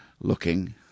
looking